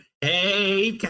Hey